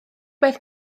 beth